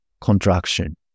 contraction